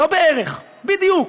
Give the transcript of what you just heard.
לא בערך, בדיוק.